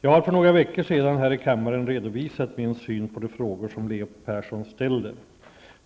Jag har för några veckor sedan här i kammaren redovisat min syn på de frågor som Leo Persson ställer.